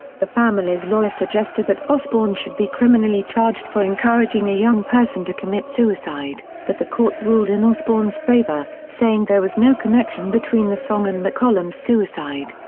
the family's lawyer suggested that osbourne should be criminally charged for encouraging a young person to commit suicide, but the courts ruled in osbourne's favour, saying there was no connection between the song and mccollum's suicide.